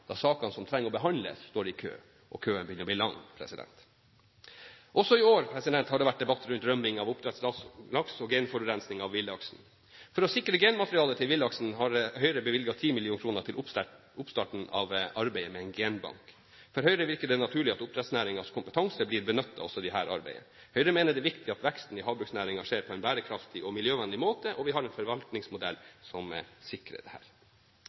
da sakene som trenger behandling, står i kø, og køen begynner å bli lang. Også i år har det vært debatt rundt rømning av oppdrettslaks og genforurensning av villaksen. For å sikre genmaterialet til villaksen har Høyre bevilget 10 mill. kr til oppstarten av arbeidet med en genbank. For Høyre virker det naturlig at oppdrettsnæringens kompetanse blir benyttet også i dette arbeidet. Høyre mener det er viktig at veksten i havbruksnæringen skjer på en bærekraftig og miljøvennlig måte, og vi har en forvaltningsmodell som sikrer